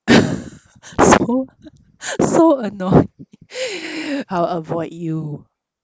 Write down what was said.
so so annoying I'll avoid you